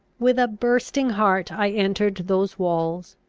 with a bursting heart i entered those walls,